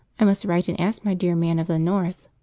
i must write and ask my dear man of the north.